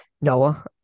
Noah